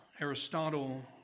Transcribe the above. Aristotle